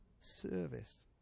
service